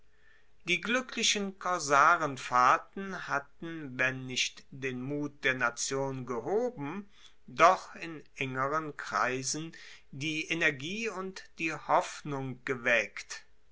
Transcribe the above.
die gluecklichen korsarenfahrten hatten wenn nicht den mut der nation gehoben doch in engeren kreisen die energie und die hoffnung geweckt